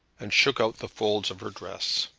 and shook out the folds of her dress.